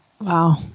Wow